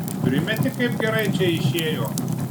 primeti kaip gerai čia išėjo